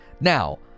Now